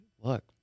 look